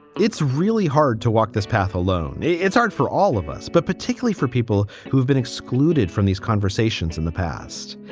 it's really hard to walk this path alone. it's hard for all of us, but particularly for people who have been excluded from these conversations in the past.